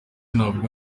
navuga